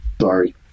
sorry